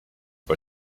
for